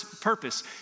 purpose